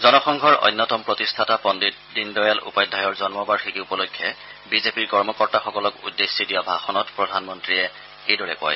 জনসংঘৰ অন্যতম প্ৰতিষ্ঠাতা পণ্ডিত দীনদয়াল উপাধ্যায়ৰ জন্মবাৰ্যিকী উপলক্ষে বিজেপিৰ কৰ্মকৰ্তাসকলক উদ্দেশ্যি দিয়া ভাষণত প্ৰধানমন্ত্ৰীয়ে এইদৰে কয়